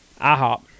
IHOP